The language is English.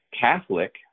Catholic